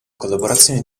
collaborazione